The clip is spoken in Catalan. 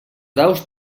daus